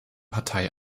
partei